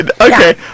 Okay